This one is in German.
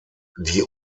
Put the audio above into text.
die